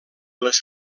les